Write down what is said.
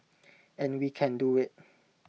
and we can do IT